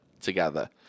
together